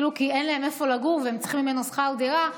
כי אין להם איפה לגור והם צריכים ממנו שכר דירה.